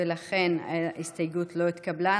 ולכן ההסתייגות לא התקבלה.